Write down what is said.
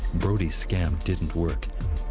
brodie's scam didn't work.